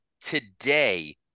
today